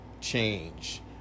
change